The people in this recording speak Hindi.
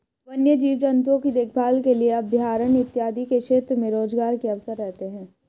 वन्य जीव जंतुओं की देखभाल के लिए अभयारण्य इत्यादि के क्षेत्र में रोजगार के अवसर रहते हैं